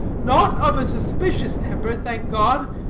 not of a suspicious temper, thank god,